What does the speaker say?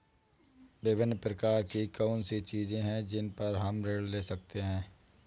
विभिन्न प्रकार की कौन सी चीजें हैं जिन पर हम ऋण ले सकते हैं?